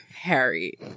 Harry